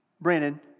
Brandon